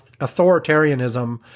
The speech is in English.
authoritarianism